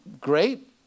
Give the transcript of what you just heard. Great